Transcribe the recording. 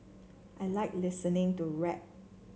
I like listening to rap